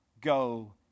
go